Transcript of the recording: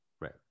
Right